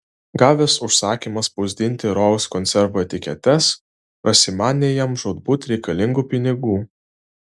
gavęs užsakymą spausdinti rojaus konservų etiketes prasimanė jam žūtbūt reikalingų pinigų